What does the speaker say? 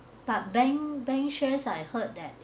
but bank bank shares I heard that